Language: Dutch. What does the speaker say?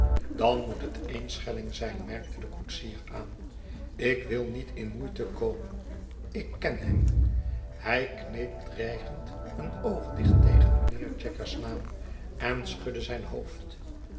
dan moet het een schelling zijn merkte de koetsier aan ik wii niet in moeite komen ik ken hem hij kneep dreigend een oog dicht tegen mijnheer jaggers naam en schudde zijn hoofd